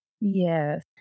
Yes